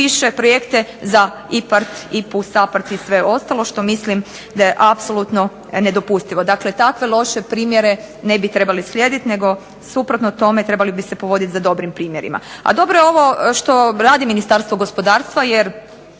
piše projekte za IPARD i SAPARD i sve ostalo, što mislim da je apsolutno nedopustivo. Dakle takve loše primjere ne bi trebali slijediti, nego suprotno tome trebali bi se povoditi za dobrim primjerima. A dobro je ovo što radi ministarstvo gospodarstva, jer